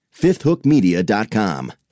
FifthHookMedia.com